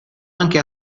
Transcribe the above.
anche